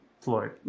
Floyd